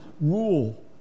rule